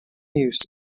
use